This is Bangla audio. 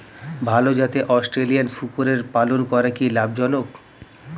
ভাল জাতের অস্ট্রেলিয়ান শূকরের পালন করা কী লাভ জনক?